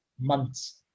months